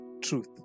Truth